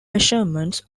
measurements